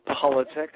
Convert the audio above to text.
politics